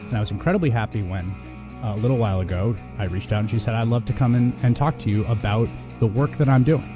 and i was incredibly happy when little while ago i reached out and she said, i'd love to come and and talk to you about the work that i'm doing.